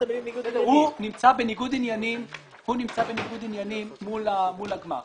עניינים מול הגמ"ח,